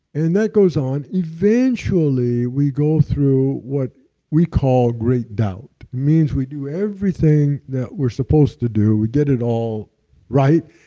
and that goes on eventually we go through what we call great doubt. it means we do everything that we're supposed to do, we get it all right.